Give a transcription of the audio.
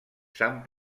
sant